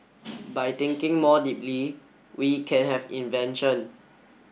by thinking more deeply we can have invention